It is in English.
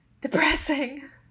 depressing